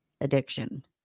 addiction